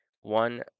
one